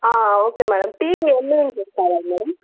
okay madam TV ఎన్ని inches ది కావాలి మేడం